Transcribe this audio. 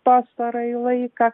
pastarąjį laiką